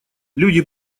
люди